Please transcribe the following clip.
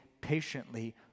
patiently